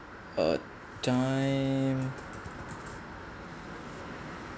a time